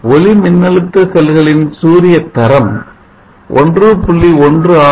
ஒளிமின்னழுத்த செல்களின் சூரிய தரம் 1